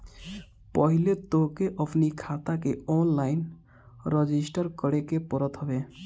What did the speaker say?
पहिले तोहके अपनी खाता के ऑनलाइन रजिस्टर करे के पड़त हवे